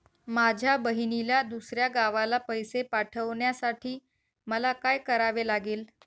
माझ्या बहिणीला दुसऱ्या गावाला पैसे पाठवण्यासाठी मला काय करावे लागेल?